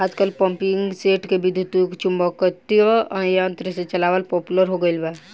आजकल पम्पींगसेट के विद्युत्चुम्बकत्व यंत्र से चलावल पॉपुलर हो गईल बा